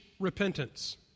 repentance